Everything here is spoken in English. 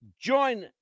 join